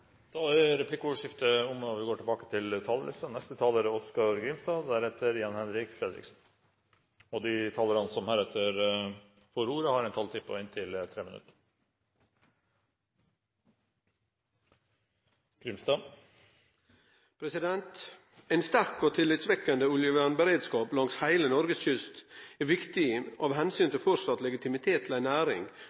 Replikkordskiftet er omme. De talere som heretter får ordet, har en taletid på inntil 3 minutter. Ein sterk og tillitvekkjande oljevernberedskap langs heile Noregs kyst er viktig av omsyn til vidare legitimitet til